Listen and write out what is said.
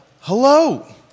Hello